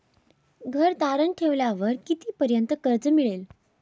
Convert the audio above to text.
घर तारण ठेवल्यावर कितीपर्यंत कर्ज मिळेल?